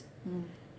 mm